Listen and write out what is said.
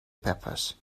peppers